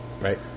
Right